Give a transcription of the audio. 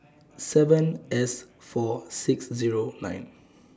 seven S four six Zero nine